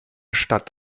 stadt